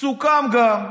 סוכם גם,